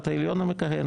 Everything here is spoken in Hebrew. בית-המשפט העליון המכהנת.